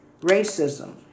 racism